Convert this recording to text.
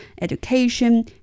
education